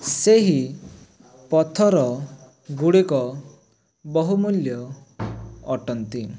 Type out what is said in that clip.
ସେହି ପଥର ଗୁଡ଼ିକ ବହୁ ମୂଲ୍ୟ ଅଟନ୍ତି